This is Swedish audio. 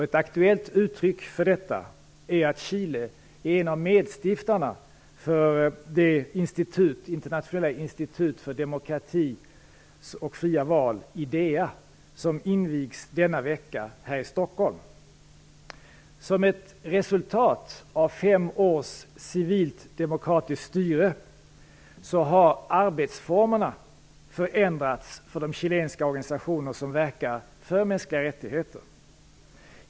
Ett aktuellt uttryck för detta är att Chile är en av medstiftarna till det internationella institutet för demokrati och fria val, IDEA, som invigs denna vecka här i Stockholm. Som ett resultat av fem års civilt demokratiskt styre har arbetsformerna förändrats för de chilenska organisationer som verkar för mänskliga rättigheter.